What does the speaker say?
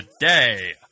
today